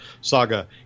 saga